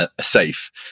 safe